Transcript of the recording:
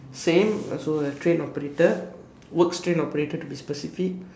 same also a train operator works train operator to be specific